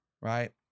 right